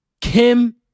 Kim